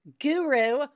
Guru